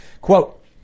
quote